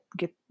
get